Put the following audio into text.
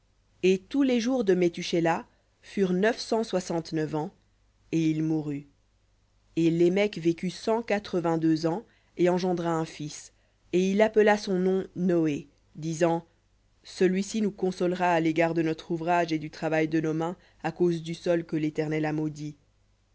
et tous les jours de methushélah furent neuf cent soixante-neuf ans et il mourut et lémec vécut cent quatre-vingt-deux ans et engendra un fils et il appela son nom noé disant celui-ci nous consolera à l'égard de notre ouvrage et du travail de nos mains à cause du sol que l'éternel a maudit